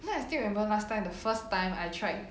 then I still remember last time the first time I tried